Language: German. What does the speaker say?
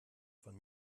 von